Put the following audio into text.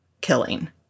killing